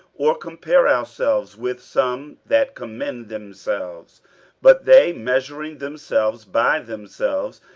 or compare ourselves with some that commend themselves but they measuring themselves by themselves,